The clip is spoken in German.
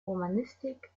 romanistik